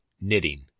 knitting